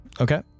Okay